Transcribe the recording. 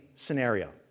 scenario